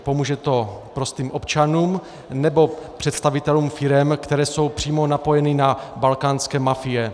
Pomůže to prostým občanům, nebo představitelům firem, které jsou přímo napojeny na balkánské mafie?